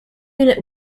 unit